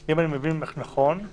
אם אני מבין אז 4(3) --- לא,